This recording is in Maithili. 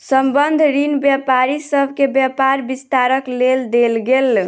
संबंद्ध ऋण व्यापारी सभ के व्यापार विस्तारक लेल देल गेल